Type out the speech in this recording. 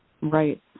Right